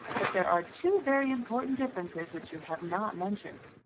but there are two very important differences which you have not mentioned.